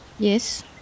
Yes